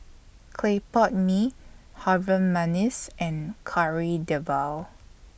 Clay Pot Mee Harum Manis and Kari Debal